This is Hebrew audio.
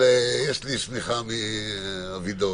יש תוכנית אב.